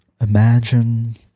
Imagine